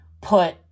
put